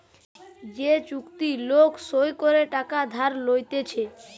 যে চুক্তি লোক সই করে টাকা ধার লইতেছে